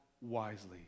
wisely